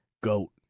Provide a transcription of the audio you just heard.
goat